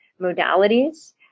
modalities